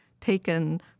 taken